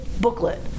booklet